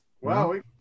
Wow